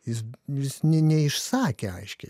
jis jis neišsakė aiškiai